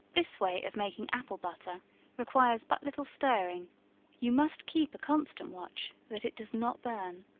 this way of making apple butter requires but little stirring you must keep a constant watch that it does not burn.